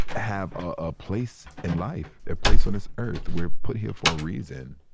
have a place in life, a place on this earth. we're put here for a reason.